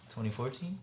2014